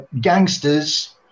Gangsters